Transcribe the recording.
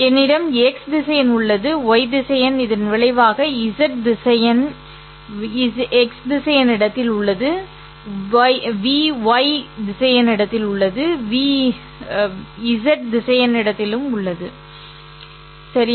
என்னிடம் ́x திசையன் உள்ளது vey திசையன் இதன் விளைவாக vez திசையன் vex திசையன் இடத்தில் உள்ளது ́v vey திசையன் இடத்தில் உள்ளது ́v vez திசையன் இடத்திலும் உள்ளது ́v சரி